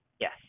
Yes